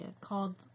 called